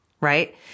Right